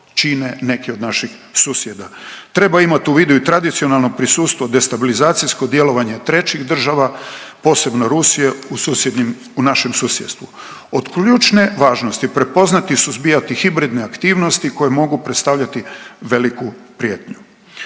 neki od naših susjeda. Treba imat u vidu i tradicionalno prisustvo destabilizacijsko djelovanje trećih država, posebno Rusije u susjednim, u našem susjedstvu. Od ključne važnosti je prepoznati i suzbijati hibridne aktivnosti koje mogu predstavljati veliku prijetnju.